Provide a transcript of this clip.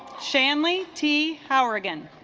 shanley t horrigan